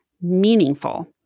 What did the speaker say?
meaningful